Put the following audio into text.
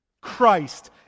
Christ